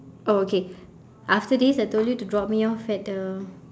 oh okay after this I told you to drop me off at the